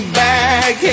back